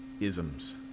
isms